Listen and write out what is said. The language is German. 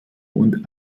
und